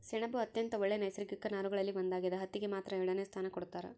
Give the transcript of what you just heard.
ಸೆಣಬು ಅತ್ಯಂತ ಒಳ್ಳೆ ನೈಸರ್ಗಿಕ ನಾರುಗಳಲ್ಲಿ ಒಂದಾಗ್ಯದ ಹತ್ತಿಗೆ ಮಾತ್ರ ಎರಡನೆ ಸ್ಥಾನ ಕೊಡ್ತಾರ